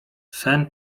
sen